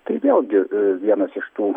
tai vėlgi vienas iš tų